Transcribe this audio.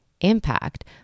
impact